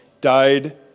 died